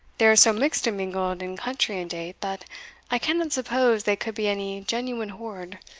they are so mixed and mingled in country and date, that i cannot suppose they could be any genuine hoard,